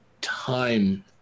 time